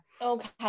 Okay